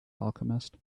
alchemist